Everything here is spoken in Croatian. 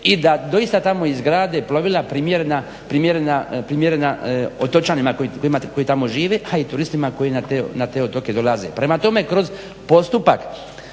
i da doista tamo izgrade plovila primjerena otočanima koji tamo žive a i turistima koji na te otoke dolaze. Prema tome, kroz postupak